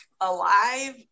alive